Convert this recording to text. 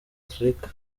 afurika